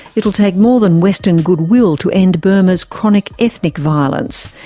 it will take more than western goodwill to end burma's chronic ethnic violence.